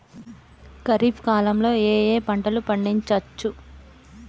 ఖరీఫ్ కాలంలో ఏ ఏ పంటలు పండించచ్చు?